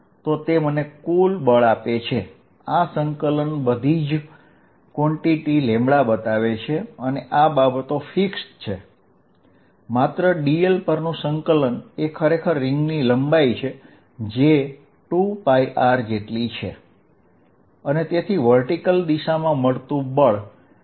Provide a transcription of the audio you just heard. અહીં આ q બઘી જ ફિક્સ્ડ કવાન્ટીટીઝ છે માત્ર dl પરનું સંકલન કરવાનું છે જે ખરેખર રીંગની લંબાઈ છે જે 2R છે તેથી dl 2R છે